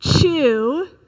chew